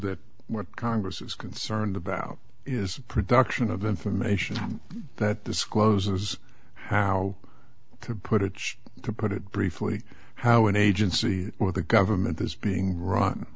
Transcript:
that what congress is concerned about is a production of information that discloses how to put it to put it briefly how an agency or the government is being run